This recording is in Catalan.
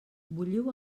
bulliu